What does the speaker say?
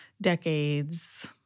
decades